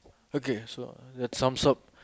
okay so that's some sort